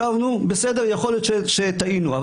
ובסדר יכול להיות שטעינו,